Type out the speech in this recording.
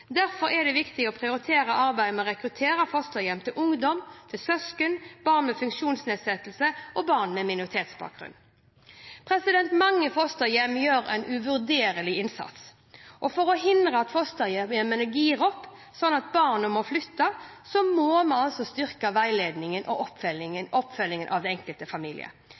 Derfor er det viktig å prioritere arbeidet med å rekruttere fosterhjem til ungdom, søsken, barn med funksjonsnedsettelser og barn med minoritetsbakgrunn. Mange fosterhjem gjør en uvurderlig innsats. For å hindre at fosterhjemmene gir opp, slik at barna må flytte, må vi styrke veiledningen og oppfølgingen av den enkelte familie.